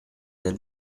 del